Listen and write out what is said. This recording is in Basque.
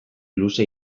luze